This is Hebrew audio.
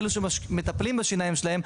אלו שמטפלים בשיניים שלהם,